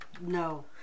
No